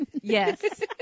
Yes